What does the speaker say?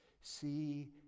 See